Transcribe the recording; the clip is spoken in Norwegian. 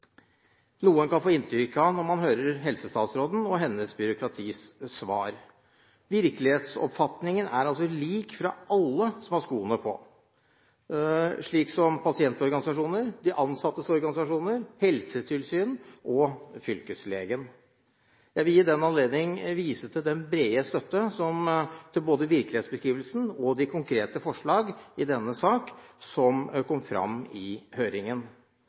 kan få inntrykk av når man hører helsestatsråden og hennes byråkratis svar. Virkelighetsoppfatningen er lik fra alle som har skoene på, slik som pasientorganisasjoner, de ansattes organisasjoner, helsetilsyn og fylkesleger. Jeg vil i den anledning vise til den brede støtte til både virkelighetsbeskrivelsen og de konkrete forslag i denne sak som kom fram i høringen.